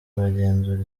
bagenzura